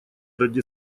ради